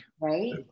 Right